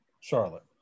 Charlotte